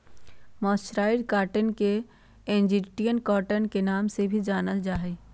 mercerised cotton के Egyptian cotton के नाम से भी जानल जा हई